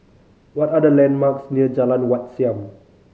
what are the landmarks near Jalan Wat Siam